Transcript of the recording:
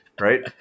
right